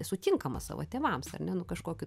esu tinkamas savo tėvams ar ne nu kažkokiu